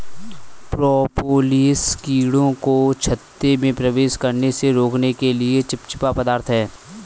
propolis कीड़ों को छत्ते में प्रवेश करने से रोकने के लिए चिपचिपा पदार्थ है